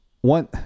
one